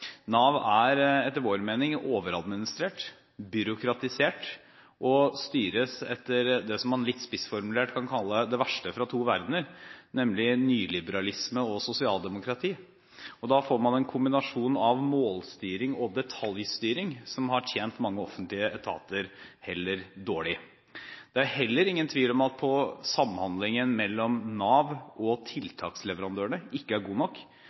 Nav er etter vår mening overadministrert og byråkratisert og styres etter det som man litt spissformulert kan kalle det verste fra to verdener, nemlig nyliberalisme og sosialdemokrati. Da får man en kombinasjon av målstyring og detaljstyring som har tjent mange offentlige etater heller dårlig. Det er heller ingen tvil om at samhandlingen mellom Nav og tiltaksleverandørene ikke er god nok.